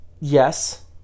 Yes